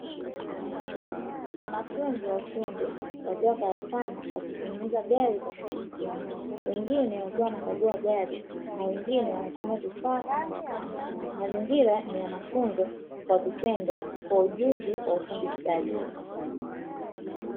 Wanafunzi wa ufundi wakiwa karakana wakitengeneza gari kwa kushirikiana wengine, wakiwa wanakagua gari na wengine wakiwa wanatumia vifaa kama spana mazingira ni yamafunzo kwa vitendo kwa ujuzi wa ufundi stadi.